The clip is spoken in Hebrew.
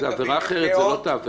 זו עבירה אחרת, זו לא אותה עבירה.